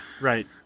right